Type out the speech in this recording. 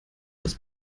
als